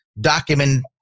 document